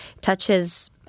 touches